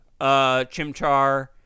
Chimchar